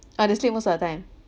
ah they sleep most of the time